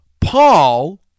Paul